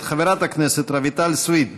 מאת חברת הכנסת רויטל סויד.